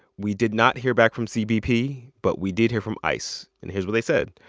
we did not hear back from cbp, but we did hear from ice. and here's what they said.